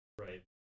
Right